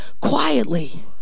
quietly